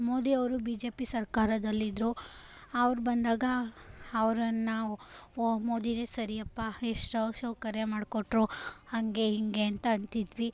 ಮೋದಿಯವರು B J P ಸರ್ಕಾರದಲ್ಲಿದ್ದರು ಅವ್ರು ಬಂದಾಗ ಅವ್ರನ್ನು ಓಹ್ ಮೋದಿಯೇ ಸರಿಯಪ್ಪ ಎಷ್ಟೋ ಸೌಕರ್ಯ ಮಾಡಿಕೊಟ್ರು ಹಾಗೆ ಹಿಂಗೆ ಅಂತ ಅಂತಿದ್ವಿ